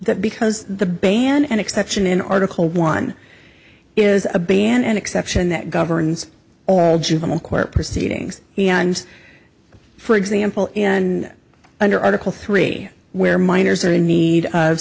that because the ban an exception in article one is a ban an exception that governs all juvenile court proceedings and for example in under article three where minors are in need of